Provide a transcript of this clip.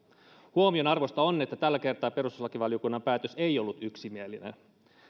huomionarvoista on että tällä kertaa perustuslakivaliokunnan päätös ei ollut yksimielinen